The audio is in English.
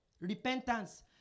Repentance